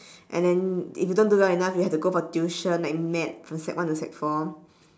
and then if you don't do well enough you have to go for tuition like mad from sec one to sec four